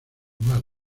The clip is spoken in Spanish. más